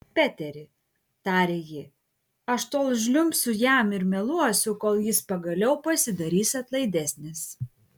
peteri tarė ji aš tol žliumbsiu jam ir meluosiu kol jis pagaliau pasidarys atlaidesnis